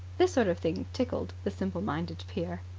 this sort of thing tickled the simple-minded peer.